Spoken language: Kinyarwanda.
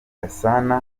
gasana